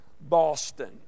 Boston